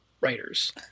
writers